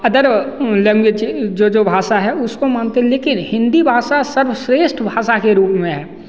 other language जो जो भाषा है उसको मानते हैं लेकिन हिंदी भाषा सर्वश्रेष्ठ भाषा के रूप में है